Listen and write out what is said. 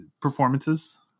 performances